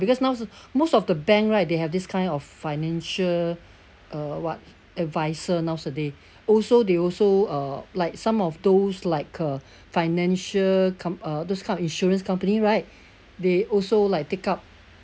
because nows~ most of the bank right they have this kind of financial uh what adviser nowadays also they also uh like some of those like uh financial com~ uh those kind of insurance company right they also like take up